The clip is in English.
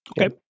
Okay